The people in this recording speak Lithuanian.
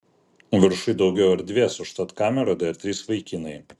viršuj daugiau erdvės užtat kameroje dar trys vaikinai